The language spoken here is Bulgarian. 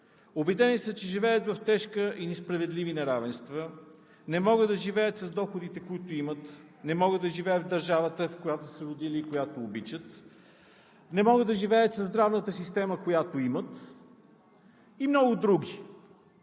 Убедени са, че живеят в тежки и несправедливи неравенства. Не могат да живеят с доходите, които имат. Не могат да живеят в държавата, в която са се родили и която обичат. Не могат да живеят със здравната система, която имат, и много други.